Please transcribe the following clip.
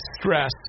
stress